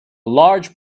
large